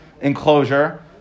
enclosure